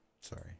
Sorry